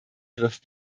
griff